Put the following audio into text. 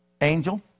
angel